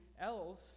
else